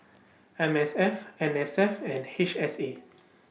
M S F N S F and H S A